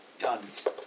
Guns